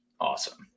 awesome